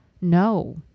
No